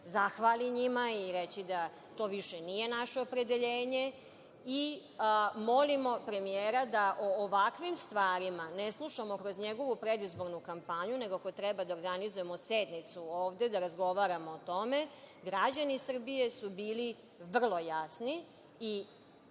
zahvali njima i reći da to više nije naše opredeljenje? I, molimo premijera da o ovakvim stvarima ne slušamo kroz njegovu predizbornu kampanju, nego ako treba da organizujemo sednicu ovde, da razgovaramo o tome. Građani Srbije su bili vrlo jasni,